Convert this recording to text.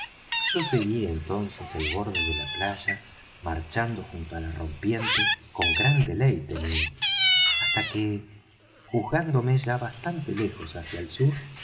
yo seguí entonces el borde de la playa marchando junto á la rompiente con gran deleite mío hasta que juzgándome ya bastante lejos hacia el sur